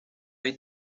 hay